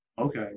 okay